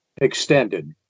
extended